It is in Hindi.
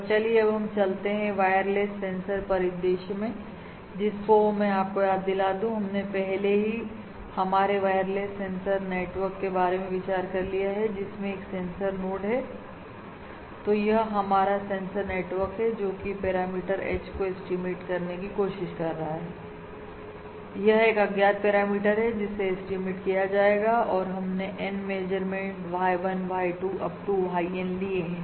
और चलिए अब हम चलते हैं वायरलेस सेंसर परिदृश्य में चलिए मैं आपको याद दिला दूं हमने पहले ही हमारे वॉयरलैस सेंसर नेटवर्क के बारे में विचार कर लिया है जिसमें एक सेंसर नोड है तो यह हमारा सेंसर नेटवर्क है और जोकि पैरामीटर H को estimate करने की कोशिश कर रहा है यह एक अज्ञात पैरामीटर है जिसे estimate किया जाएगा और हमने N measurement Y1 Y2 Up to YN लिए हैं